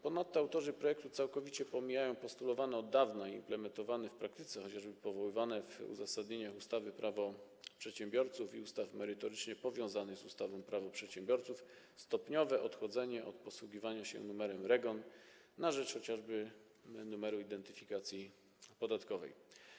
Ponadto autorzy projektu całkowicie pomijają postulowane od dawna i implementowane w praktyce - chociażby powoływane w uzasadnieniach ustawy Prawo przedsiębiorców i ustaw merytorycznie powiązanych z ustawą Prawo przedsiębiorców - stopniowe odchodzenie od posługiwania się numerem REGON na rzecz chociażby numeru identyfikacji podatkowej.